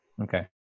Okay